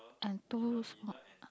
and two small